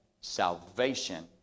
Salvation